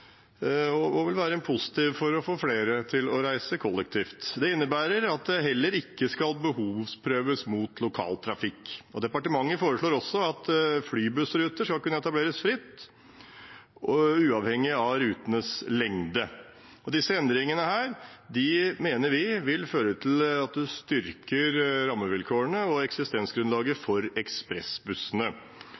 og vil være positivt for å få flere til å reise kollektivt. Det innebærer at det heller ikke skal behovsprøves mot lokal trafikk. Departementet foreslår også at flybussruter skal kunne etableres fritt, uavhengig av rutenes lengde. Disse endringene mener vi vil føre til at man styrker rammevilkårene og eksistensgrunnlaget for ekspressbussene.